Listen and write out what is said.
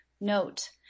Note